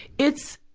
it's,